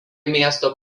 miesto